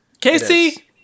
Casey